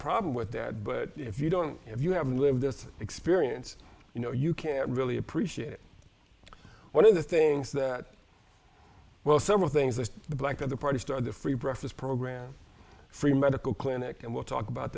problem with that but if you don't if you haven't lived this experience you know you can't really appreciate it one of the things that well several things the black of the party start the free breakfast program free medical clinic and we'll talk about